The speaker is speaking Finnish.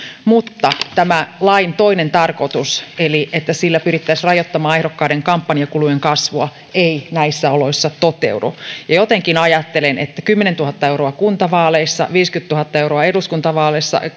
mutta tämä lain toinen tarkoitus eli se että sillä pyrittäisiin rajoittamaan ehdokkaiden kampanjakulujen kasvua ei näissä oloissa toteudu ja jotenkin ajattelen että kymmenentuhatta euroa kuntavaaleissa viisikymmentätuhatta euroa eduskuntavaaleissa ja